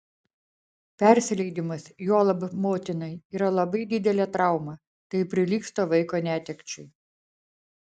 persileidimas juolab motinai yra labai didelė trauma tai prilygsta vaiko netekčiai